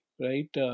right